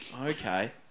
Okay